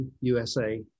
USA